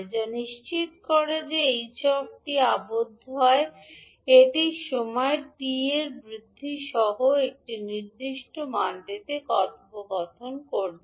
যা নিশ্চিত করে যে ℎ আবদ্ধ হয় এটি সময় t এর বৃদ্ধি সহ একটি নির্দিষ্ট মানটিতে কথোপকথন করছে